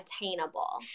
attainable